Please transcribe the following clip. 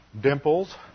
dimples